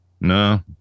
No